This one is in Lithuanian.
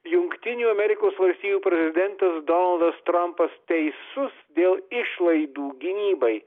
jungtinių amerikos valstijų prezidentas donaldas trampas teisus dėl išlaidų gynybai